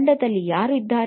ತಂಡದಲ್ಲಿ ಯಾರು ಇರುತ್ತಾರೆ